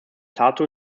tartu